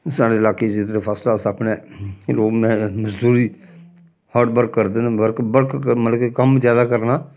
साढ़े लाके च जिसलै फस्सक्लाल अपने एह् लोक मेह मजदूरी हार्ड बर्क करदे न बर्क बर्क मतलब के कम्म जैदा करना